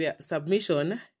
submission